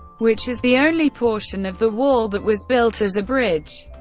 which is the only portion of the wall that was built as a bridge.